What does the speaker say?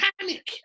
panic